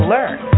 Learn